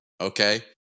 okay